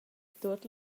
tuot